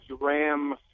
Ram